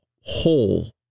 whole